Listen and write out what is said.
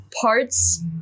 parts